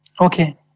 Okay